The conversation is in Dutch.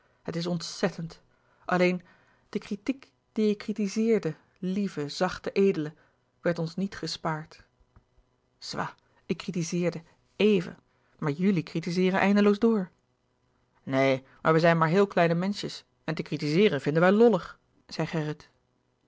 het is ontzettend alleen de kritiek die je kritizeerde lieve zachte edele werd ons niet gespaard soit ik kritizeerde éven maar jullie kritizeeren eindeloos door louis couperus de boeken der kleine zielen neen maar wij zijn maar heele kleine menschjes en te kritizeeren vinden wij lollig zei